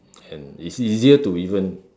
and is easier to even